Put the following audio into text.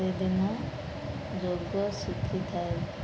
ସେଦିନ ଯୋଗ ଶିଖିଥାଏ